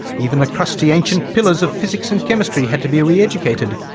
even the crusty ancient pillars of physics and chemistry had to be re-educated,